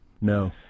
No